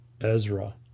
Ezra